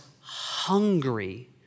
hungry